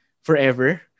forever